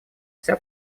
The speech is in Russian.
вся